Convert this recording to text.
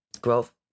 growth